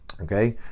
Okay